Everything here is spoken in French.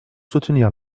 soutenir